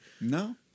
No